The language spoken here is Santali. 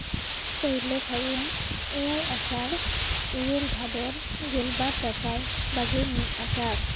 ᱯᱳᱭᱞᱳ ᱯᱷᱟᱹᱜᱩᱱ ᱮᱭᱟᱭ ᱟᱥᱟᱲ ᱤᱨᱟᱹᱞ ᱵᱷᱟᱫᱚᱨ ᱜᱮᱵᱟᱨ ᱫᱟᱸᱥᱟᱭ ᱵᱟᱜᱮ ᱢᱤᱫ ᱟᱥᱟᱲ